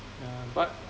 yeah but